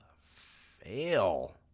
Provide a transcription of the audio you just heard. fail